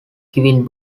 giving